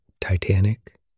Titanic